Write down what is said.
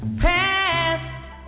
past